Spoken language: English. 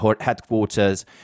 headquarters